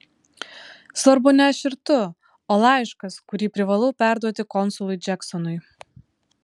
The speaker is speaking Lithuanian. svarbu ne aš ir tu o laiškas kurį privalau perduoti konsului džeksonui